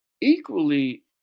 equally